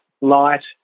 light